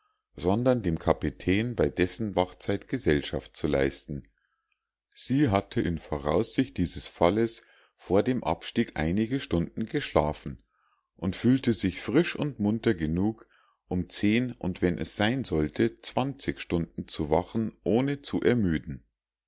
sondern dem kapitän bei dessen wachzeit gesellschaft zu leisten sie hatte in voraussicht dieses falles vor dem abstieg einige stunden geschlafen und fühlte sich frisch und munter genug um zehn und wenn es sein sollte zwanzig stunden zu wachen ohne zu ermüden